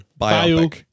Biopic